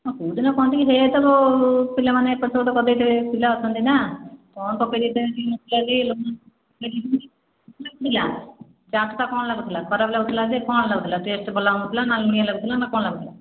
ହଁ କେଉଁ ଦିନ କ'ଣ ଟିକେ ହେଇଯାଇଥିବ ପିଲାମାନେ ଏପଟ ସେପଟ କରିଦେଇଥିବେ ପିଲା ଅଛନ୍ତି ନା କ'ଣ ପକାଇଦେଇଥିବେ ଥିଲା ଚାଟ୍ଟା କ'ଣ ଲାଗୁଥିଲା ଖରାପ ଲାଗୁଥିଲା ଯେ କ'ଣ ଲାଗୁଥିଲା ଟେଷ୍ଟ ଭଲ ଲାଗୁନଥିଲା ନା ଲୁଣିଆ ଲାଗୁଥିଲା ନା କ'ଣ ଲାଗୁଥିଲା